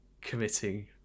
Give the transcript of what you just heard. committing